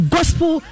Gospel